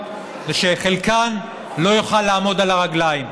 היא שחלקן לא יוכלו לעמוד על הרגליים.